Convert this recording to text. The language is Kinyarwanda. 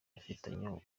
bafitanye